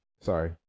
Sorry